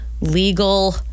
legal